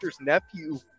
nephew